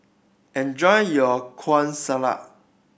enjoy your Kueh Salat